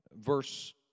verse